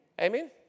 Amen